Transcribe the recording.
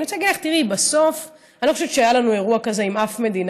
אני רוצה להגיד לך: בסוף אני לא חושבת שהיה לנו אירוע כזה עם אף מדינה.